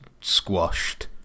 Squashed